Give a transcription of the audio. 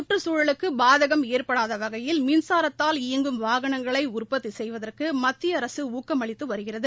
கற்றுச்சூழலுக்கு பாதகம் ஏற்படுத்தாத வகையில் மின்சாரத்தால் இயங்கும் வாகனங்களை உற்பத்தி செய்வதற்கு மத்திய அரசு ஊக்கம் அளித்து வருகிறது